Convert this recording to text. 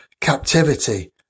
captivity